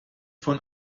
von